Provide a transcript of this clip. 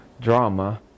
drama